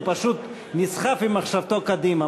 הוא פשוט נסחף עם מחשבתו קדימה,